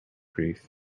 grief